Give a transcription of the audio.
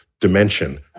dimension